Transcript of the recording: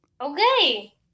Okay